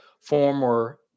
Former